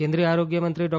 કેન્દ્રિય આરોગ્ય મંત્રી ડૉ